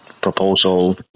proposal